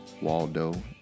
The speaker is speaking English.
waldo